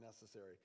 necessary